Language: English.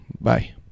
bye